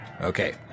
Okay